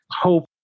hope